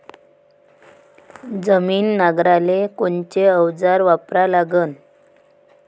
जमीन नांगराले कोनचं अवजार वापरा लागन?